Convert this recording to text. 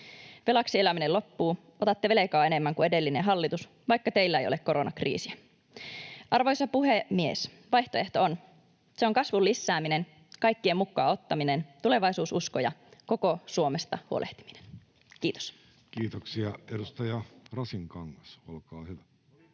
”Velaksi eläminen loppuu” — otatte velkaa enemmän kuin edellinen hallitus, vaikka teillä ei ole koronakriisiä. Arvoisa puhemies! Vaihtoehto on. Se on kasvun lisääminen, kaikkien mukaan ottaminen, tulevaisuususko ja koko Suomesta huolehtiminen. — Kiitos. [Speech 453] Speaker: